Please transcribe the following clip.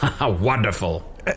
Wonderful